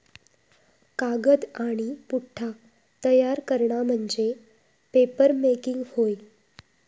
कागद आणि पुठ्ठा तयार करणा म्हणजे पेपरमेकिंग होय